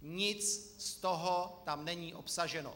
Nic z toho tam není obsaženo.